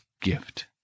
gift